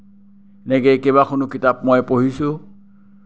এনেকে কেইবাখনো কিতাপ মই পঢ়িছোঁ